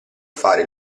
fare